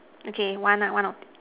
okay one ah one out